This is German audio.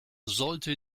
sollte